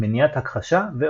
מניעת הכחשה ועוד.